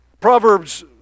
Proverbs